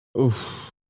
Oof